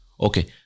Okay